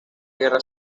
guerra